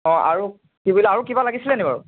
অঁ আৰু কি বোলে আৰু কিবা লাগিছিলেনি বাৰু